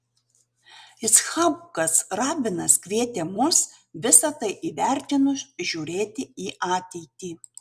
icchakas rabinas kvietė mus visa tai įvertinus žiūrėti į ateitį